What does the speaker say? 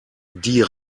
die